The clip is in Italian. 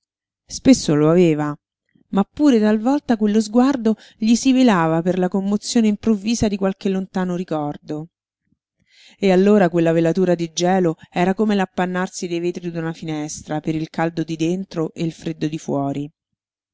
spesso lo aveva ma pure talvolta quello sguardo gli si velava per la commozione improvvisa di qualche lontano ricordo e allora quella velatura di gelo era come l'appannarsi dei vetri d'una finestra per il caldo di dentro e il freddo di fuori